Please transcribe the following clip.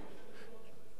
לשלם פיצויים